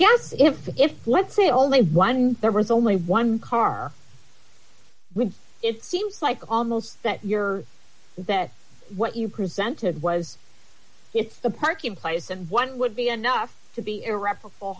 guess if the if let's say only one there was only one car when it seems like almost that you're that what you presented was it's the parking place and one would be enough to be irreparable